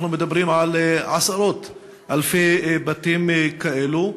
אנחנו מדברים על עשרות-אלפי בתים כאלה.